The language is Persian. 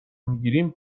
میگیریم